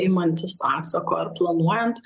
imantis atsako ar planuojant